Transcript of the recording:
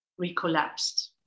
recollapsed